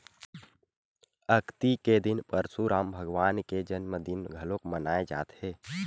अक्ती के दिन परसुराम भगवान के जनमदिन घलोक मनाए जाथे